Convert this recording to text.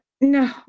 no